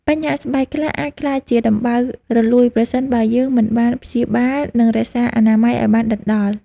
បញ្ហាស្បែកខ្លះអាចក្លាយជាដំបៅរលួយប្រសិនបើយើងមិនបានព្យាបាល និងរក្សាអនាម័យឱ្យបានដិតដល់។